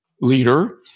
leader